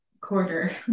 quarter